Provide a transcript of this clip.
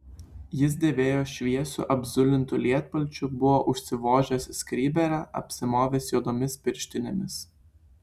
jis dėvėjo šviesiu apzulintu lietpalčiu buvo užsivožęs skrybėlę apsimovęs juodomis pirštinėmis